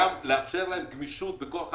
לאפשר להם גמישות בכוח אדם,